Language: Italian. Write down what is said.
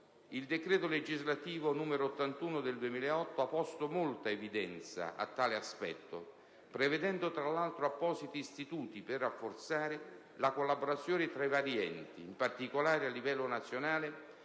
Il decreto legislativo n. 81 del 2008 ha posto molta evidenza a tale aspetto, prevedendo tra l'altro appositi istituti per rafforzare la collaborazione fra i vari enti: in particolare, a livello nazionale